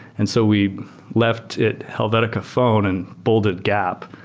and so we left it helvetica phone and bolded gap.